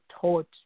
taught